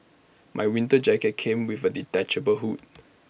my winter jacket came with A detachable hood